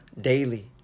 daily